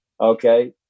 Okay